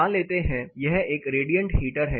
मान लेते हैं यह एक रेडिएंट हीटर है